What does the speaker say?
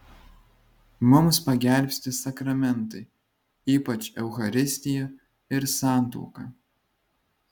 mums pagelbsti sakramentai ypač eucharistija ir santuoka